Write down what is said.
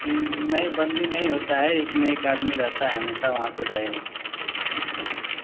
बंदी नहीं होता है एक न एक आदमी रहता है हमेशा वहाँ पर